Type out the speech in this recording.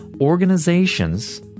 organizations